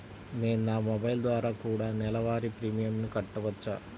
నేను నా మొబైల్ ద్వారా కూడ నెల వారి ప్రీమియంను కట్టావచ్చా?